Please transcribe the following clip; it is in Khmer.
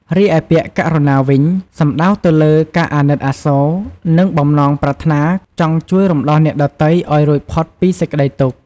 រីឯពាក្យ "ករុណា" វិញ សំដៅទៅលើការអាណិតអាសូរ និងបំណងប្រាថ្នាចង់ជួយរំដោះអ្នកដទៃឱ្យរួចផុតពីសេចក្តីទុក្ខ។